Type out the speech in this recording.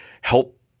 help